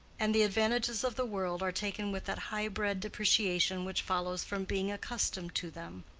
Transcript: and the advantages of the world are taken with that high-bred depreciation which follows from being accustomed to them.